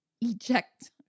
Eject